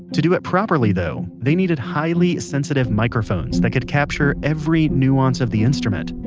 to do it properly though, they needed highly sensitive microphones that could capture every nuance of the instrument.